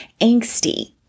angsty